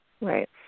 right